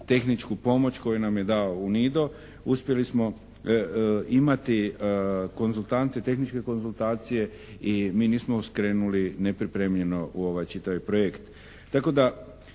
tehničku pomoć koju nam je dao UNIDO. Uspjeli smo imati konzultante, tehničke konzultacije i mi nismo skrenuli nepripremljeno u ovaj čitavi projekt.